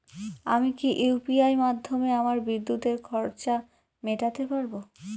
আমি কি ইউ.পি.আই মাধ্যমে আমার বিদ্যুতের খরচা মেটাতে পারব?